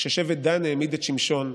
כששבט דן העמיד את שמשון,